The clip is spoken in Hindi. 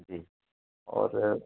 जी और